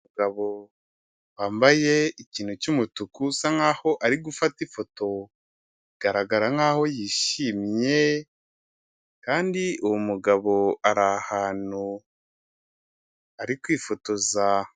Umugabo wambaye ikintu cy'umutuku usa nkaho ari gufata ifoto igaragara nkaho yishimye kandi uwo mugabo ari ahantu ari kwifotoza.